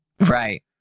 Right